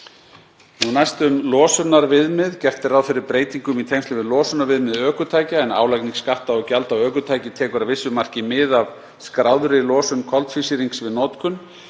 Næst um losunarviðmið. Gert er ráð fyrir breytingum í tengslum við losunarviðmið ökutækja en álagning skatta og gjalda á ökutæki tekur að vissu marki mið af skráðri losun koltvísýrings við notkun.